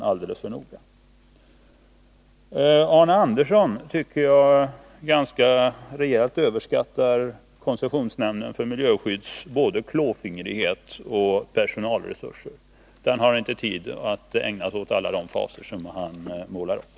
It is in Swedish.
I Jag tyckte att Arne Andersson i Ljung ganska rejält överskattar koncessionsnämndens för miljöskydd både klåfingrighet och personalresurser. Den har inte tid att ägna sig åt alla de saker som han målar upp.